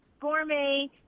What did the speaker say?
gourmet